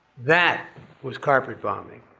that was carpet bombing,